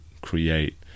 create